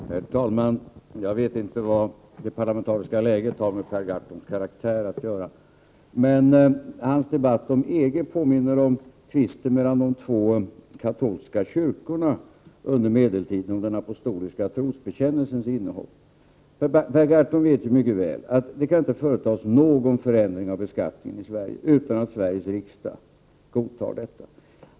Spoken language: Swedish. Herr talman! Jag vet inte vad det parlamentariska läget har med Per Gahrtons karaktär att göra! Per Gahrtons diskussion om EG påminner om tvisten mellan de två katolska kyrkorna under medeltiden om den apostoliska trosbekännelsens innehåll. Per Gahrton vet mycket väl att det inte kan företas någon förändring av beskattningen i Sverige utan att Sveriges riksdag godtar den.